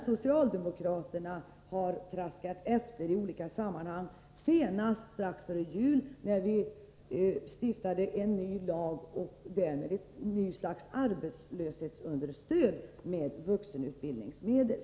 Socialdemokraterna har sedan traskat efter i olika sammanhang, senast strax före jul när riksdagen stiftade en lag om ett nytt slags arbetslöshetsunderstöd med vuxenutbildningsmedel.